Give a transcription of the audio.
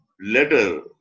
letter